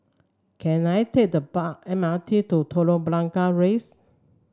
can I take the bar M R T to Telok Blangah Rise